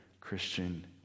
Christian